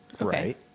right